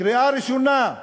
קריאה ראשונה,